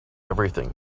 everything